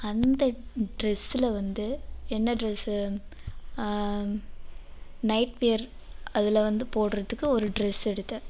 அந்த ட்ரெஸ்ஸில் வந்து என்ன ட்ரெஸ்ஸு நைட் வியர் அதில் வந்து போடுறதுக்கு ஒரு ட்ரெஸ் எடுத்தேன்